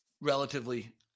relatively